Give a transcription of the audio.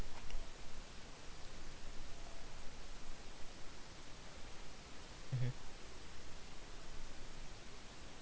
mmhmm